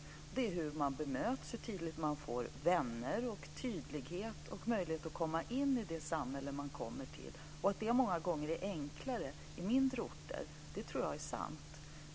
Det handlar alltså om hur man bemöts, om hur tidigt man får vänner, om tydlighet och om möjlighet att komma in i det samhälle som man kommer till. Detta är många gånger enklare på mindre orter - det tror jag är sant.